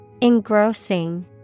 Engrossing